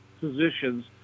positions